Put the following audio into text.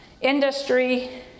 industry